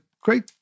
great